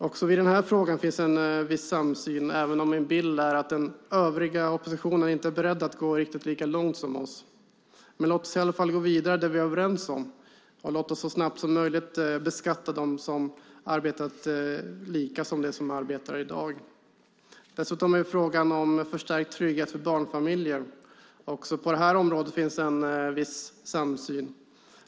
Också i den här frågan finns en viss samsyn, även om min bild är att den övriga oppositionen inte är beredd att gå riktigt lika långt som vi. Men låt oss i alla fall gå vidare med det vi är överens om, och låt oss så snabbt som möjligt se till att man beskattar dem som har arbetat lika som dem som arbetar i dag. Dessutom har vi frågan om förstärkt trygghet för barnfamiljer. Också på det här området finns en viss samsyn.